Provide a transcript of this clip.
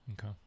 Okay